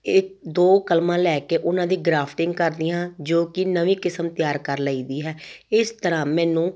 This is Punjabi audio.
ਇਹ ਦੋ ਕਲਮਾਂ ਲੈ ਕੇ ਉਹਨਾਂ ਦੀ ਗ੍ਰਾਫਟਿੰਗ ਕਰਦੀ ਹਾਂ ਜੋ ਕਿ ਨਵੀਂ ਕਿਸਮ ਤਿਆਰ ਕਰ ਲਈਦੀ ਹੈ ਇਸ ਤਰ੍ਹਾਂ ਮੈਨੂੰ